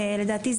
לדעתי,